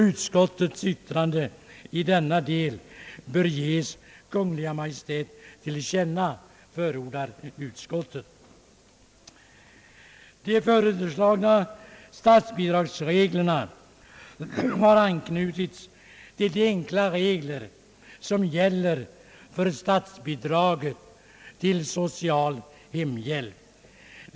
Utskottets yttrande i denna del bör ges Kungl. Maj:t till känna.» De föreslagna statsbidragsreglerna har anknutits till de enkla regler som gäller för statsbidraget till social hemhjälp.